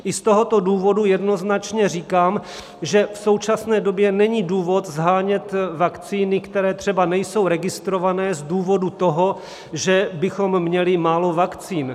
I z tohoto důvodu jednoznačně říkám, že v současné době není důvod shánět vakcíny, které třeba nejsou registrované, z důvodu toho, že bychom měli málo vakcín.